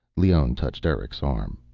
leone touched eric's arm.